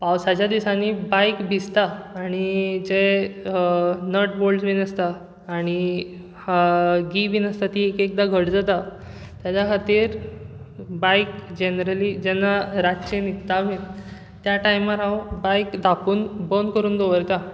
पावसाच्या दिसांनी बायक भिजता आनी जे नट बोल्टस बीन आसता आनी गी बीन आसता ते एक एकदां घट जाता ताजे खातीर बायक जनरली जेन्ना रातची न्हिदता आमी त्या टायमार हांव बायक धांपून बंद करून दवरतां